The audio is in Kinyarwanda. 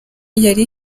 yari